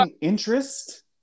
interest